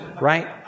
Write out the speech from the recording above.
Right